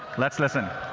let's listen.